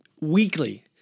weekly